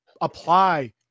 apply